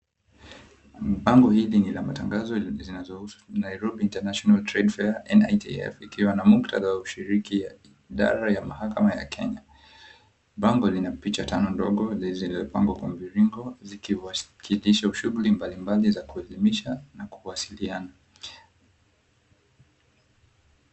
Bango hili ni la matangazo zinazohusu Nairobi International Trade Fair, NITF, ikikwa na mukhtadha wa ushiriki wa idara ya mahakama ya Kenya. Bango lina picha tano ndogo zilizopangwa kwa mviringo zikiwakilisha shughuli mbalimbali za kuelimisha na kuwasiliana.